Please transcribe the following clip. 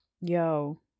yo